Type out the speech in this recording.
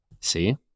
See